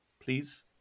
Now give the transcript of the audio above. please